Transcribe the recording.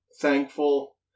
thankful